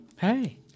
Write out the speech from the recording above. Hey